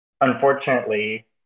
unfortunately